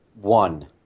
One